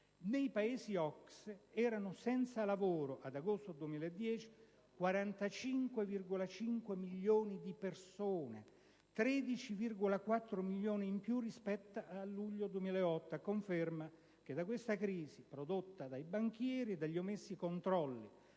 ad agosto 2010 erano senza lavoro 45,5 milioni di persone, 13,4 milioni in più rispetto al luglio 2008, a conferma che da questa crisi prodotta dai banchieri e dagli omessi controlli